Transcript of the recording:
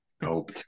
Nope